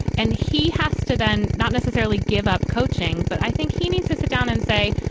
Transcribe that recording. and he has to then not necessarily give up coaching, but i think he needs to sit down and say,